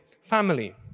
family